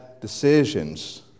decisions